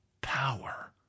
power